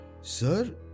Sir